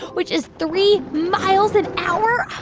which is three miles an hour?